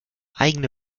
eigene